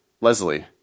Leslie